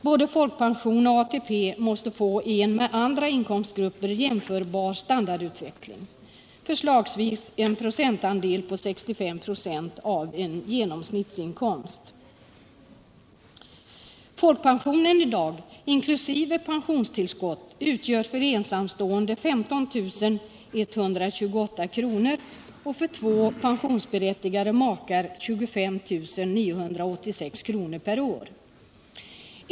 Både folkpension och ATP måste få en med andra inkomstgrupper jämförbar standardutveckling, förslagsvis 65 96 av en genomsnittsinkomst. Folkpensionen i dag inkl. pensionstillskott utgör för ensamstående 15 128 kr. per år och för två pensionsberättigade makar 25 986 kr. per år.